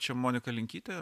čia monika linkytė